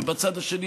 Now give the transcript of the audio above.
ובצד השני,